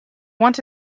want